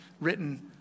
written